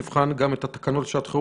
הוועדה תבחן גם את התקנות לשעת חירום